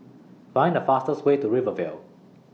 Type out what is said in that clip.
Find The fastest Way to Rivervale